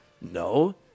No